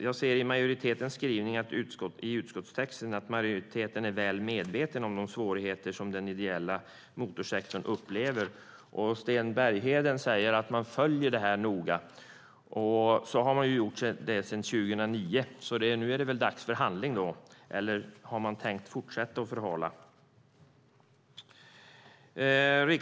Jag ser i majoritetens skrivning i utskottstexten att majoriteten är väl medveten om de svårigheter som den ideella motorsektorn upplever. Sten Bergheden säger att man följer det här noga. Det har man gjort sedan 2009. Därför är det väl dags för handling, eller har man tänkt fortsätta att förhala det?